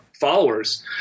followers